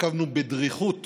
עקבנו בדריכות